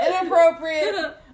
Inappropriate